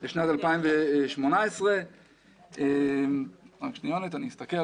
בשלוש שנים, 2016 עד 2018, הוטלו 140 קנסות